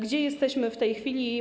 Gdzie jesteśmy w tej chwili?